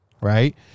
right